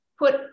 Put